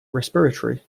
respiratory